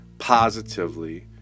positively